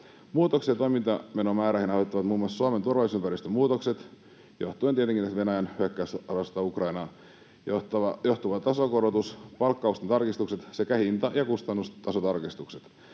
Muutoksia toimintamenomäärärahoihin aiheuttavat muun muassa Suomen turvallisuusympäristön muutokset johtuen tietenkin tästä Venäjän hyökkäyssodasta Ukrainaan, tasokorotus, palkkausten tarkistukset sekä hinta‑ ja kustannustasotarkistukset.